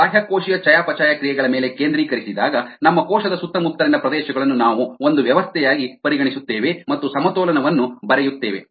ನಾವು ಬಾಹ್ಯಕೋಶೀಯ ಚಯಾಪಚಯ ಕ್ರಿಯೆಗಳ ಮೇಲೆ ಕೇಂದ್ರೀಕರಿಸಿದಾಗ ನಮ್ಮ ಕೋಶದ ಸುತ್ತಮುತ್ತಲಿನ ಪ್ರದೇಶಗಳನ್ನು ನಾವು ಒಂದು ವ್ಯವಸ್ಥೆಯಾಗಿ ಪರಿಗಣಿಸುತ್ತೇವೆ ಮತ್ತು ಸಮತೋಲನವನ್ನು ಬರೆಯುತ್ತೇವೆ